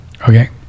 Okay